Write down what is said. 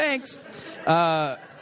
Thanks